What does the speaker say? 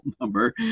number